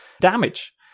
damage